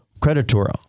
creditor